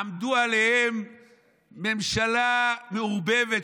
עמדו עליהם ממשלה מעורבבת,